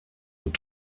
und